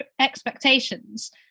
expectations